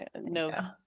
No